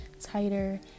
tighter